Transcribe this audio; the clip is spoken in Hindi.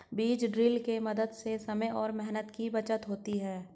बीज ड्रिल के मदद से समय और मेहनत की बचत होती है